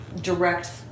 direct